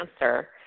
answer